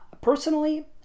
personally